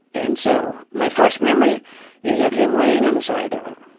and so my first memory is of him laying on the side of the road.